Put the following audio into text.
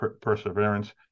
perseverance